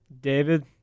David